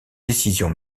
décision